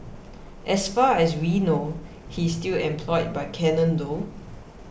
as far as we know he's still employed by Canon though